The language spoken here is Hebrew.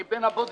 אני בין הבודדים